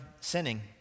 sinning